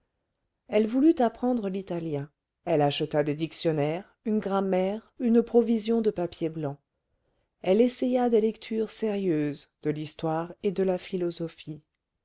elle voulut apprendre l'italien elle acheta des dictionnaires une grammaire une provision de papier blanc elle essaya des lectures sérieuses de l'histoire et de la philosophie